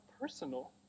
personal